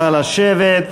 נא לשבת.